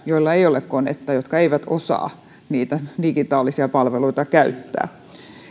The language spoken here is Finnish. joilla ei ole konetta jotka eivät osaa niitä digitaalisia palveluita käyttää ja